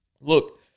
look